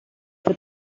für